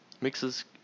mixes